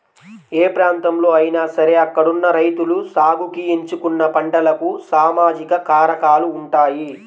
ఏ ప్రాంతంలో అయినా సరే అక్కడున్న రైతులు సాగుకి ఎంచుకున్న పంటలకు సామాజిక కారకాలు ఉంటాయి